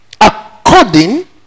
according